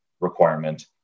requirement